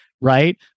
Right